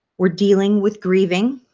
we're dealing with grieving.